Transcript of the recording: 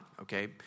okay